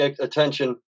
attention